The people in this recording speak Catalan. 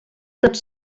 tots